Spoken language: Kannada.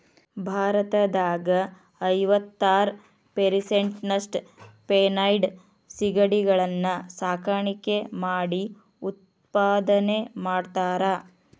ಭಾರತದಾಗ ಐವತ್ತಾರ್ ಪೇರಿಸೆಂಟ್ನಷ್ಟ ಫೆನೈಡ್ ಸಿಗಡಿಗಳನ್ನ ಸಾಕಾಣಿಕೆ ಮಾಡಿ ಉತ್ಪಾದನೆ ಮಾಡ್ತಾರಾ